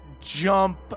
jump